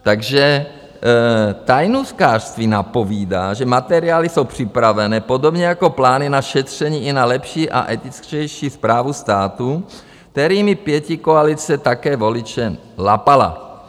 Takže tajnůstkářství napovídá, že materiály jsou připraveny, podobně jako plány na šetření i na lepší a etičtější správu státu, kterými pětikoalice také voliče lapala.